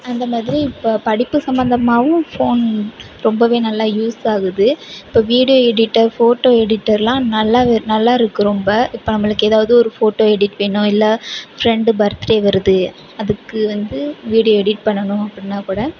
அந்தமாதிரி இப்போ படிப்பு சம்பந்தமாகவும் ஃபோன் ரொம்பவே நல்லா யூஸ் ஆகுது இப்போ வீடியோ எடிட்டர் ஃபோட்டோ எடிட்டர்லாம் நல்லா நல்லா இருக்கு ரொம்ப இப்போ நம்மளுக்கு எதாவது ஒரு ஃபோட்டோ எடிட் வேணும் இல்லை ஃப்ரெண்டு பர்த்டே வருது அதுக்கு வந்து வீடியோ எடிட் பண்ணணும் அப்படினா கூட